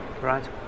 right